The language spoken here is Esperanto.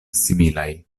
similaj